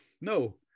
no